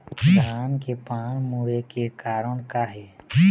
धान के पान मुड़े के कारण का हे?